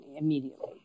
immediately